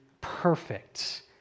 perfect